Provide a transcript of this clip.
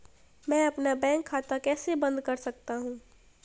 मैं अपना बैंक खाता कैसे बंद कर सकता हूँ?